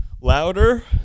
louder